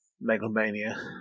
Megalomania